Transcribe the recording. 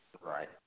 Right